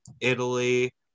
Italy